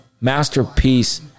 masterpiece